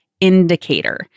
indicator